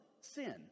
sin